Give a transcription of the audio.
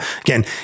again